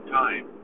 time